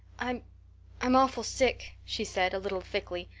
i'm i'm awful sick, she said, a little thickly.